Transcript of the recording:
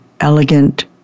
elegant